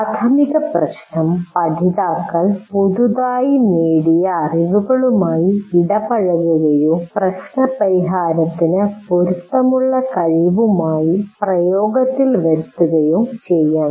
പ്രാഥമിക പ്രശ്നം പഠിതാക്കൾ പുതുതായി നേടിയ അറിവുകളുമായി ഇടപഴകുകയോ പ്രശ്നപരിഹാരത്തിന് പൊരുത്തമുള്ള കഴിവുമായി പ്രയോഗത്തിൽ വരുത്തുകയോ ചെയ്യണം